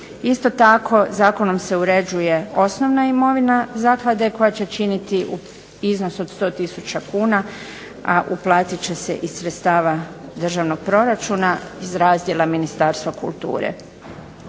Isto tako zakonom se uređuje osnovna imovina zaklade, koja će činiti iznos od 100 tisuća kuna, a uplatit će se iz sredstava državnog proračuna, iz razdjela Ministarstva kulture.